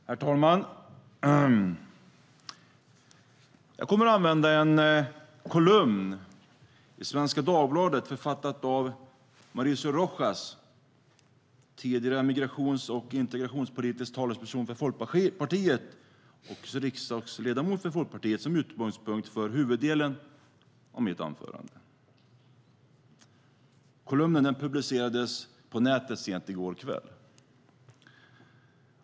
Herr talman! Jag kommer att använda en kolumn i Svenska Dagbladet, författad av den tidigare riksdagsledamoten och migrations och integrationspolitiska talespersonen för Folkpartiet Mauricio Rojas, som utgångspunkt för huvuddelen av mitt anförande. Kolumnen publicerades på nätet sent i går kväll.